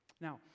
Now